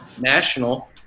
National